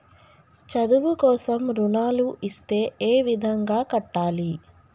చదువు కోసం రుణాలు ఇస్తే ఏ విధంగా కట్టాలి?